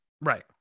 Right